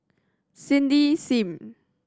Cindy Sim